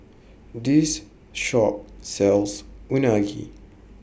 This Shop sells Unagi